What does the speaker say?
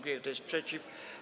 Kto jest przeciw?